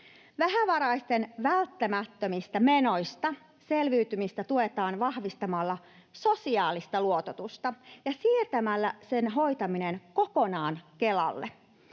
Vähävaraisten välttämättömistä menoista selviytymistä tuetaan vahvistamalla sosiaalista luototusta ja siirtämällä sen hoitaminen kokonaan Kelalle.